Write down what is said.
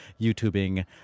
YouTubing